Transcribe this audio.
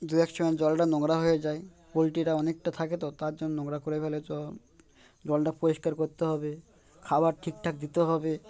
দু এক সময় জলটা নোংরা হয়ে যায় পোলট্রিটা অনেকটা থাকে তো তার জন্য নোংরা করে ফেলে জল জলটা পরিষ্কার করতে হবে খাবার ঠিকঠাক দিতে হবে